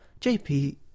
JP